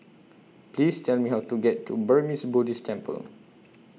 Please Tell Me How to get to Burmese Buddhist Temple